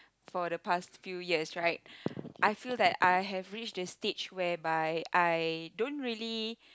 for the past few years right I feel that I have reached the stage whereby I don't really